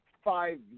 five